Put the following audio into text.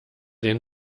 den